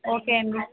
okay అండి